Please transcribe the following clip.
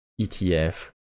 ETF